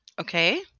Okay